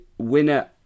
winner